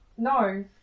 No